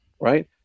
right